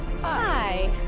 Hi